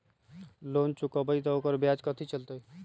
Loan चुकबई त ओकर ब्याज कथि चलतई?